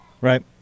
right